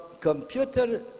computer